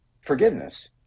forgiveness